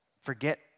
forget